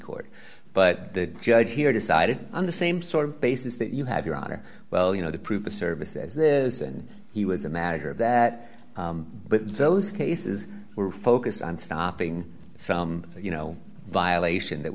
court but the judge here decided on the same sort of basis that you have your honor well you know the proof of service as this and he was a matter of that but those cases were focused on stopping some you know violation that